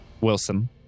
Wilson